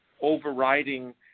overriding